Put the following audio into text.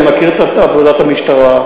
אני מכיר את עבודת המשטרה.